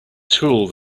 tool